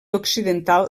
occidental